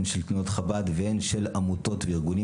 הן של תנועות חב"ד והן של עמותות וארגונים